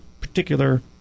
particular